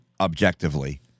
objectively